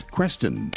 Creston